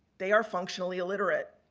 they are functionally illiterate.